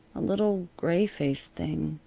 a little, gray-faced thing,